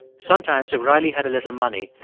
sometimes, if riley had a little money,